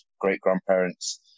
great-grandparents